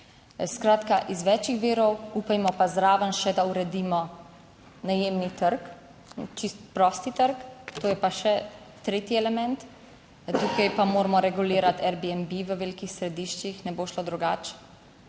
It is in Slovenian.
Skratka, iz več virov, upajmo pa zraven še, da uredimo najemni trg, čisto prosti trg, to je pa še tretji element. Tukaj pa moramo regulirati Airbnb. V velikih središčih ne bo šlo drugače,